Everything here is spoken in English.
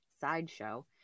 sideshow